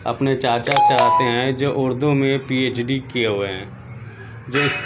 اپنے چاچا چاہتے ہیں جو اردو میں پی ایچ ڈی کیے ہوئے ہیں جس